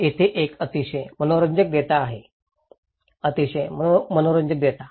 येथे एक अतिशय मनोरंजक डेटा आहे अतिशय मनोरंजक डेटा